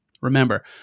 remember